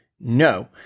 no